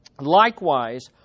likewise